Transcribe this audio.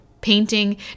painting